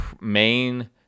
main